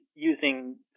using